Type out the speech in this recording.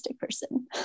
person